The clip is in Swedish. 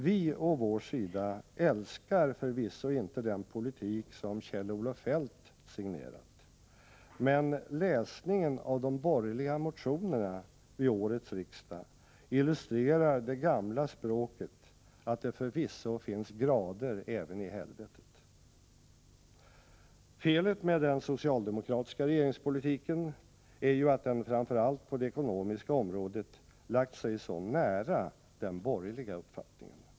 Vi å vår sida älskar förvisso inte inte den politik som Kjell-Olof Feldt signerat, men läsningen av de borgerliga motionerna till årets riksdag illustrerar det gamla språket, att det förvisso finns grader även i helvetet! Felet med den socialdemokratiska regeringspolitiken är att den framför allt på det ekonomiska området lagt sig så nära den borgerliga uppfattningen.